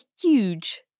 huge